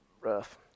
rough